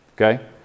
Okay